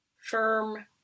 firm